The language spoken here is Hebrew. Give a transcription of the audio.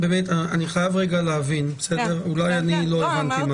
אני חייב רגע להבין, אולי לא הבנתי משהו.